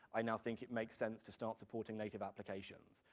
i now think it makes sense to start supporting native applications,